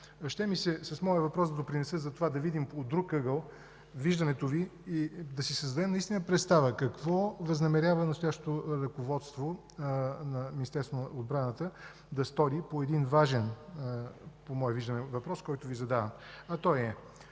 Ще ми се с моя въпрос да допринеса за това да видим от друг ъгъл виждането Ви и да си създадем наистина представа какво възнамерява настоящото ръководство на Министерството на отбраната да стори по един важен, по мое виждане, въпрос, който Ви задавам. Той е: